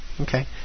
Okay